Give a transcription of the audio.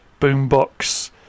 boombox